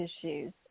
issues